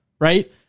right